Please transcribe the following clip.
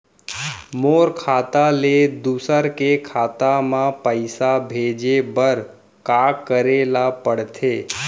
मोर खाता ले दूसर के खाता म पइसा भेजे बर का करेल पढ़थे?